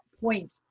point